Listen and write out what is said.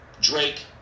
drake